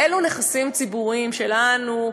אלו נכסים ציבוריים שלנו.